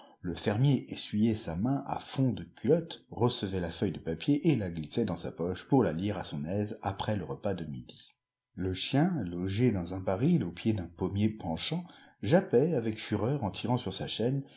le fermier essuyait sa main à son fond de culotte recevait la feuille de papier et la glissait dans sa poche pour la lire à son aise après le repas de midi le chien logé dans un baril au pied d'un pommier penchant jappait avec fureur en tirant sur sa chaîne